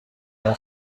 اون